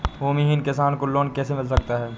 भूमिहीन किसान को लोन कैसे मिल सकता है?